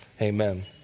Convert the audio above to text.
amen